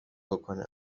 بکنم